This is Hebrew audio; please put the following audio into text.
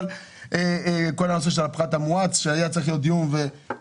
אבל כל הנושא של הפחת המואץ שהיה צריך להיות דיון נדחה.